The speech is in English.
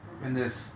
and there's